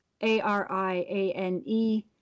A-R-I-A-N-E